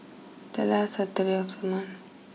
the last Saturday of the month